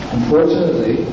Unfortunately